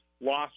lost